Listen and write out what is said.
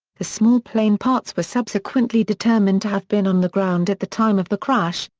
the small-plane parts were subsequently determined to have been on the ground at the time of the crash,